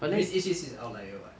that means A_C_J_C is outlier [what]